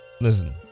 listen